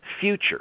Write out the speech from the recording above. future